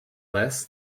less